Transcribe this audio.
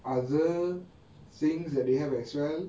other things that they have as well